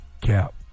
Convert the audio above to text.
Cap